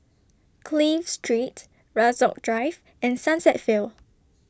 Clive Street Rasok Drive and Sunset Vale